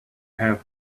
have